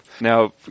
Now